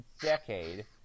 decade